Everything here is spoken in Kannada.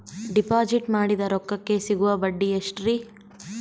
ಡಿಪಾಜಿಟ್ ಮಾಡಿದ ರೊಕ್ಕಕೆ ಸಿಗುವ ಬಡ್ಡಿ ಎಷ್ಟ್ರೀ?